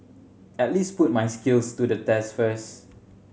at least put my skills to the test first